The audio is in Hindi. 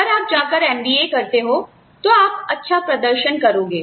अगर आप जाकर एमबीए करते हो तो आप अच्छा प्रदर्शन करोगे